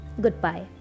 goodbye